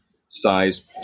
size